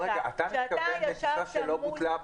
אתה מתכוון לטיסה שלא בוטלה.